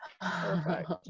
Perfect